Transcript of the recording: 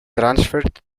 transferred